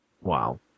Wow